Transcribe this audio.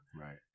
Right